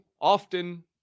often